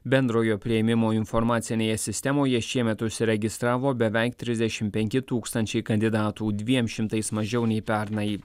bendrojo priėmimo informacinėje sistemoje šiemet užsiregistravo beveik trisdešimt penki tūkstančiai kandidatų dviem šimtais mažiau nei pernai